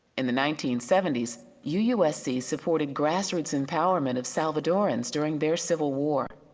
in the nineteen seventy s, u usc supported grassroots empowerment of salvador ans during their civil war.